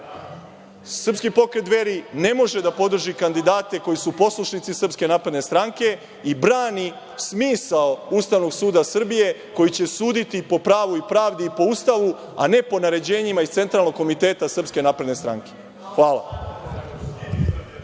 pokret Dveri ne može da podrži kandidate koji su poslušnici Srpske napredne stranke i brani smisao Ustavnog suda Srbije koji će suditi po pravu i pravdi i po Ustavu, a ne po naređenjima iz centralnog komiteta SNS. Hvala.